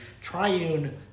triune